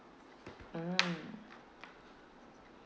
mm